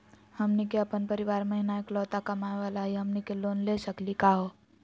हमनी के अपन परीवार महिना एकलौता कमावे वाला हई, हमनी के लोन ले सकली का हो?